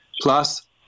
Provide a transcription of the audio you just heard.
plus